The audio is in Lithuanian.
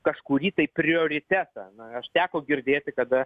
kažkurį tai prioritetą na aš teko girdėti kada